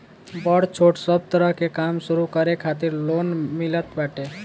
बड़ छोट सब तरह के काम शुरू करे खातिर लोन मिलत बाटे